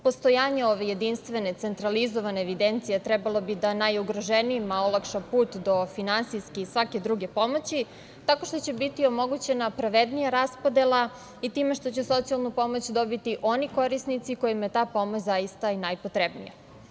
Postojanje ove jedinstvene, centralizovane evidencije trebalo bi da najugroženijima olakša put do finansijske i svake druge pomoći, tako što će biti omogućena pravednija raspodela i time što će socijalnu pomoć dobiti oni korisnici kojima je ta pomoć zaista najpotrebnija.